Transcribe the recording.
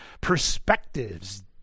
perspectives